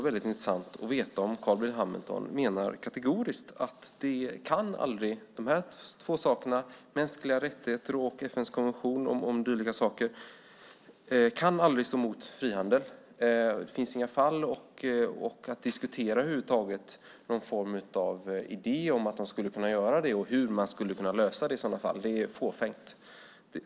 Det vore intressant att få veta om Carl B Hamilton kategoriskt menar att mänskliga rättigheter och FN:s konvention om dylika saker aldrig kan stå mot frihandel, att det inte finns några sådana fall och att ens diskutera eller ha något slags idé om att de skulle kunna göra det, och hur man i så fall skulle kunna lösa det, vore fåfängt.